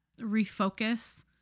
refocus